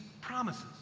promises